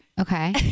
okay